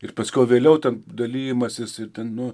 ir paskiau vėliau ten dalijimasis ir ten